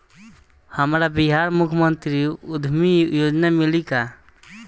हमरा बिहार मुख्यमंत्री उद्यमी योजना मिली का?